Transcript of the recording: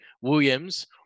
Williams